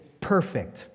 perfect